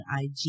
IG